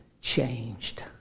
changed